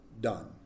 done